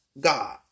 God